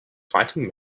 fighting